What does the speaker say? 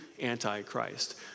Antichrist